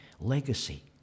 legacy